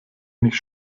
nicht